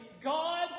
God